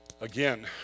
again